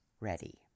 ready